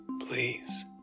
Please